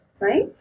Right